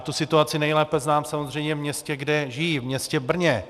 Já tu situaci nejlépe znám samozřejmě v městě, kde žiji, v městě Brně.